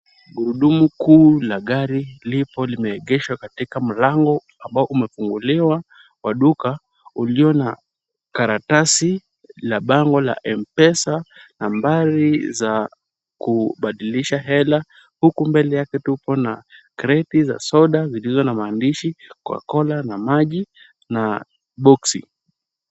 Gurudumu kuu la gari lipo limeegeshwa katika mlango ambao umefunguliwa wa duka ulio na karatasi la bango la M-Pesa, nambari za kubadilisha hela huku mbele yake tupo na kreti za soda zilizo na maandishi Cocacola na maji na boksi.